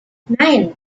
nine